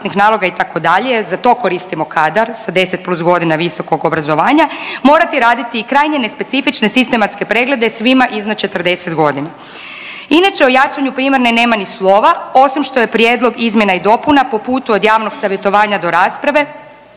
itd. jer za to koristimo kadar, sa 10 plus godina visokog obrazovanja morati raditi i krajnje nespecifične sistematske preglede svima iznad 40 godina. Inače o jačanju primarne nema ni slova, osim što je prijedlog izmjena i dopuna po putu od javnog savjetovanja do rasprave